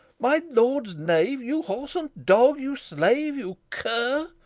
my lord's knave you whoreson dog! you slave! you cur!